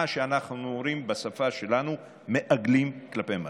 מה שאנחנו אומרים בשפה שלנו: מעגלים כלפי מעלה.